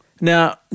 Now